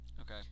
okay